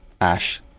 ash